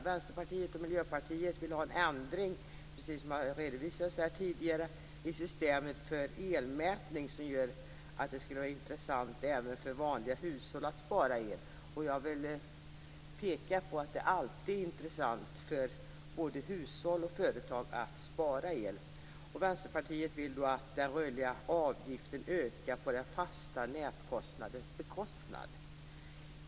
Vänsterpartiet och Miljöpartiet vill, precis som redovisats här tidigare, ha en ändring i systemet för elmätning som gör att det skulle vara intressant även för vanliga hushåll att spara el. Jag vill peka på att det alltid är intressant för både hushåll och företag att spara el. Vänsterpartiet vill att den rörliga avgiften ökar på den fasta nätkostnadens bekostnad.